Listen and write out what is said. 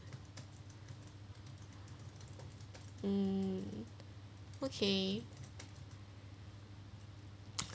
um okay